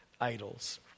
idols